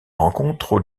rencontrent